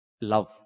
love